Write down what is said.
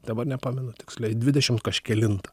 dabar nepamenu tiksliai dvidešim kažkelintą